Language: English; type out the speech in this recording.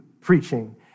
preaching